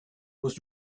was